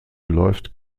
läuft